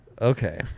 Okay